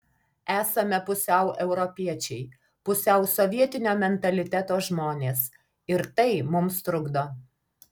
esame pusiau europiečiai pusiau sovietinio mentaliteto žmonės ir tai mums trukdo